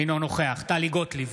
אינו נוכח טלי גוטליב,